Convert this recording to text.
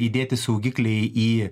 įdėti saugikliai į